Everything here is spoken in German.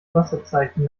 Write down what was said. wasserzeichen